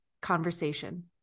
conversation